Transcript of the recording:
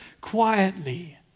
quietly